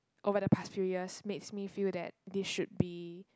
over the past few years makes me feel that this should be